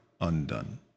undone